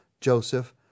Joseph